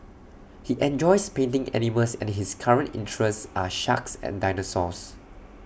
he enjoys painting animals and his current interests are sharks and dinosaurs